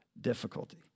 difficulty